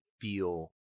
feel